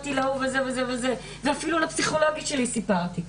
ואפילו לפסיכולוגית שלי סיפרתי.